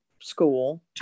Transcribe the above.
school